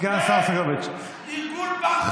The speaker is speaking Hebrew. סגן השר סגלוביץ' ארגון ברברי.